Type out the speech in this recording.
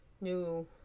new